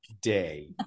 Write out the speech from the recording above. day